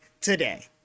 today